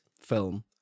film